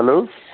hello